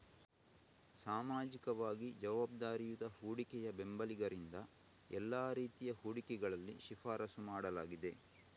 ಸಾಮಾಜಿಕವಾಗಿ ಜವಾಬ್ದಾರಿಯುತ ಹೂಡಿಕೆಯ ಬೆಂಬಲಿಗರಿಂದ ಎಲ್ಲಾ ರೀತಿಯ ಹೂಡಿಕೆಗಳಲ್ಲಿ ಶಿಫಾರಸು ಮಾಡಲಾಗಿದೆ